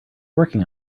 working